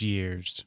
Years